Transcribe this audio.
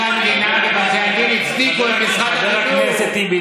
חבר הכנסת טיבי,